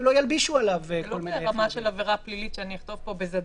לחייב ועדה בכנסת להתחיל לדון,